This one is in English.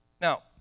now